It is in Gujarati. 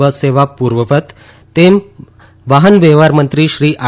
બસ સેવા પૂર્વવત તેમ વાહનવ્યહવારમંત્રી શ્રી આર